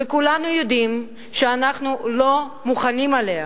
וכולנו יודעים שאנחנו לא מוכנים אליה.